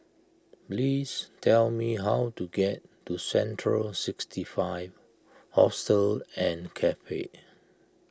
please tell me how to get to Central sixty five Hostel and Cafe